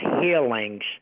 healings